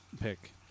pick